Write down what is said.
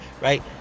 right